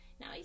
now